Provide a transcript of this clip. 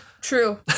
true